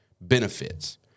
benefits